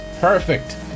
perfect